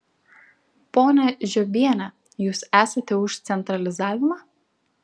ponia žiobiene jūs esate už centralizavimą